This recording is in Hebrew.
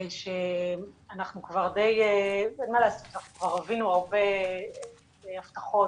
שאנחנו כבר רווינו הרבה הבטחות,